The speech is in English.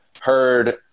heard –